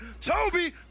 Toby